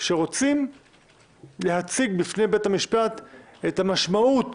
שרוצים להציג בפני בית המשפט את המשמעות